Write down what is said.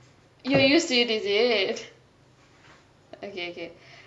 you used to it is it okay okay